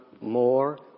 more